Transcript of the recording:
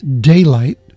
daylight